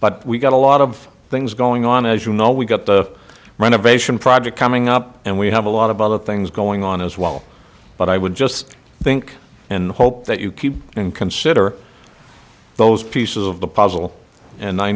but we've got a lot of things going on as you know we've got the renovation project coming up and we have a lot of other things going on as well but i would just think and hope that you keep and consider those pieces of the puzzle and i